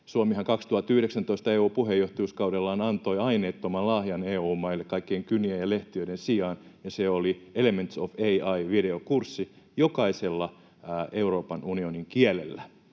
vuonna 2019 EU-puheenjohtajuuskaudellaan antoi EU-maille aineettoman lahjan kaikkien kynien ja lehtiöiden sijaan, ja se oli Elements of AI ‑videokurssi jokaisella Euroopan unionin kielellä,